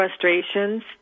frustrations